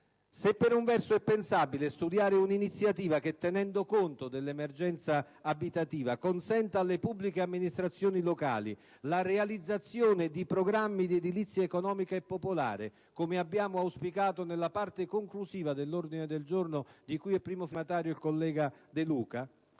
Se per un verso è pensabile studiare un'iniziativa che, tenendo conto dell'emergenza abitativa, consenta alle pubbliche amministrazioni locali la realizzazione di programmi di edilizia economica e popolare, come auspicato nella parte conclusiva dell'ordine del giorno di cui è primo firmatario il collega De Luca,